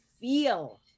feel